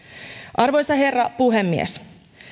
arvoisa herra puhemies